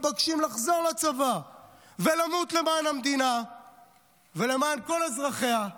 מתבקשים לחזור לצבא ולמות למען המדינה ולמען כל אזרחיה.